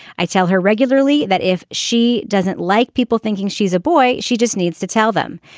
i tell her regularly that if she doesn't like people thinking she's a boy she just needs to tell them.